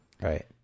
Right